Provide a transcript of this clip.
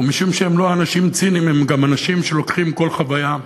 ומשום שהם לא אנשים ציניים הם גם אנשים שלוקחים כל חוויה,